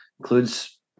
includes